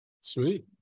Sweet